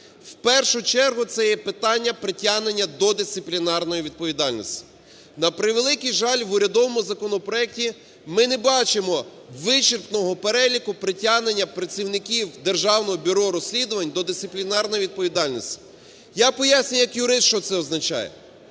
В першу чергу це є питання притягнення до дисциплінарної відповідальності. На превеликий жаль, в урядовому законопроекті ми не бачимо вичерпного переліку працівників Державного бюро розслідувань до дисциплінарної відповідальності. Я поясню як юрист, що це означає.